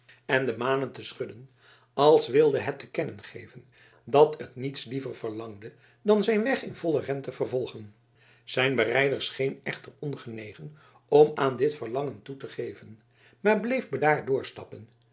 en de manen te schudden als wilde het te kennen geven dat het niets liever verlangde dan zijn weg in vollen ren te vervolgen zijn berijder scheen echter ongenegen om aan dit verlangen toe te geven maar bleef bedaard doorstappen